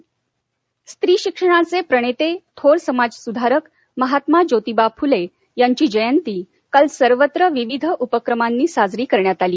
फले जयंती स्त्री शिक्षणाचे प्रणेते थोर समाजसुधारक महात्मा जोतीबा फुले यांची जयंती काल सर्वत्र विविध उपक्रमांनी साजरी करण्यात आली